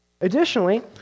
Additionally